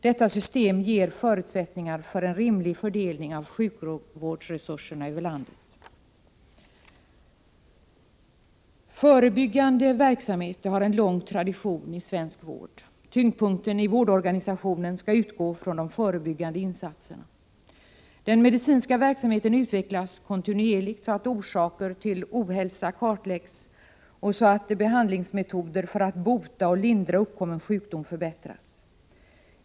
Detta system ger förutsättningar för en rimlig fördelning av sjukvårdsresurserna över landet. Förebyggande verksamheter har lång tradition i svensk sjukvård. Tyngdpunkten i vårdorganisationen skall utgå från de förebyggande insatserna. Den medicinska verksamheten utvecklas kontinuerligt så att orsaker till ohälsa kartläggs och så att behandlingsmetoder för att bota och lindra uppkomna sjukdomar förbättras.